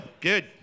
good